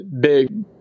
Big